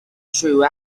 true